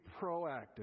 proactive